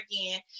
again